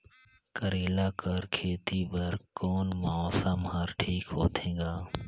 करेला कर खेती बर कोन मौसम हर ठीक होथे ग?